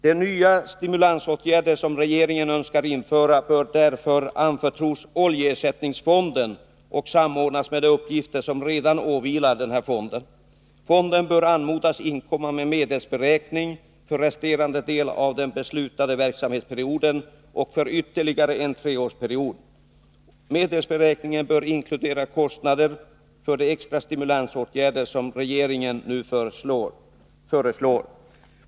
De nya stimulansåtgärder som regeringen önskar införa bör därför anförtros oljeersättningsfonden och samordnas med de uppgifter som redan åvilar denna fond. Fonden bör anmodas inkomma med medelsberäkning för resterande del av den beslutade verksamhetsperioden och för ytterligare en treårsperiod. Medelsberäkningen bör inkludera kostnader för de extra stimulansåtgärder som regeringen nu föreslår.